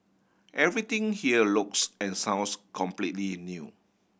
everything here looks and sounds completely new